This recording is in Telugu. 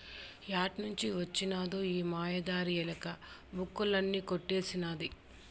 ఏడ్నుంచి వొచ్చినదో ఈ మాయదారి ఎలక, బుక్కులన్నీ కొట్టేసినాది